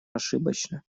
ошибочно